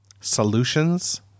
solutions